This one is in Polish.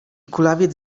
kulawiec